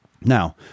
Now